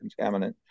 contaminant